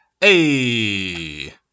Hey